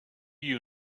you